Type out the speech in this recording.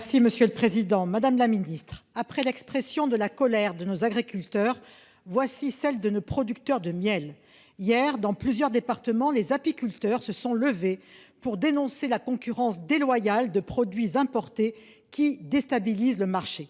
souveraineté alimentaire. Madame la ministre, après l’expression de la colère de nos agriculteurs, voici celle de nos producteurs de miel. Hier, dans plusieurs départements, les apiculteurs se sont levés pour dénoncer la concurrence déloyale de produits importés qui déstabilisent le marché.